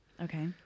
Okay